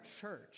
church